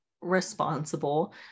responsible